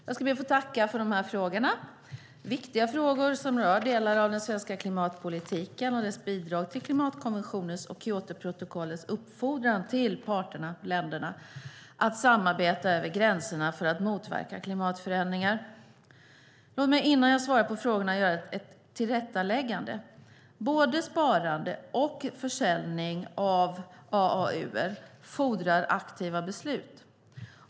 Jag tackar för dessa frågor som rör viktiga delar av den svenska klimatpolitiken och dess bidrag till klimatkonventionens och Kyotoprotokollets uppfordran till parterna, länderna, att samarbeta över gränserna för att motverka globala klimatförändringar. Låt mig innan jag svarar på frågorna göra ett tillrättaläggande. Både sparande och försäljning av AAU:er fordrar aktiva beslut.